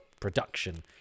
production